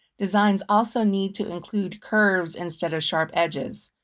designs also need to include curves instead of sharp edges.